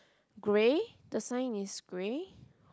grey the sign is grey